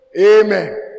Amen